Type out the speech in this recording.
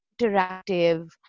interactive